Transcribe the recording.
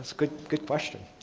good good question.